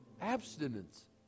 abstinence